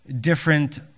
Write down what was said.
different